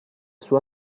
sua